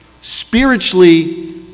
spiritually